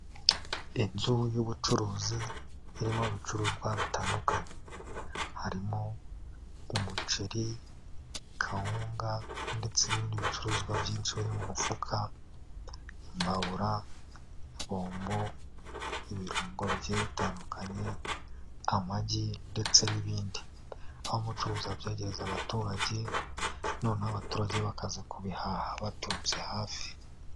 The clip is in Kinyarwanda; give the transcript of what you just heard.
Inzu y'ubucuruzi irimo ibicuruzwa bitandukanye harimo umuceri, kawunga ndetse n'ibindi bicuruzwa byinshi biri mu mufuka, imbabura, bombo, ibirungo bike bitandukanye, amagi ndetse n'ibindi, aho umucuruzi abyegereza abaturage noneho abaturage bo bakaza kubihaha baturutse hafi.